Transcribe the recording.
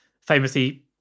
famously